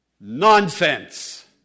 Nonsense